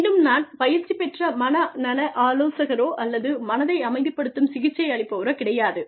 மீண்டும் நான் பயிற்சி பெற்ற மன நல ஆலோசகரோ அல்லது மனதை அமைதிப்படுத்தும் சிகிச்சை அளிப்பவரோ கிடையாது